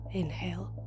inhale